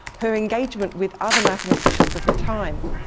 her engagement with other mathematicians of the time.